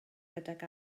gydag